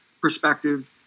perspective